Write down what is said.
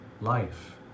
life